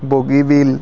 Bogibeel